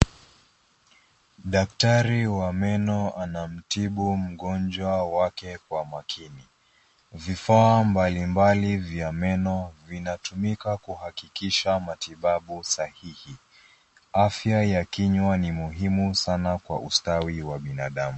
Daktari wa meno anamtibu mgonjwa wake kwa makini. Vifaa mbalimbali vya meno vinatumika kuhakikisha matibabu sahihi. Afya ya kinywa ni muhimu sana kwa ustawi wa binadamu.